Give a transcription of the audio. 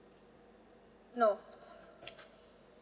no